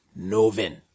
Novin